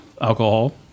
alcohol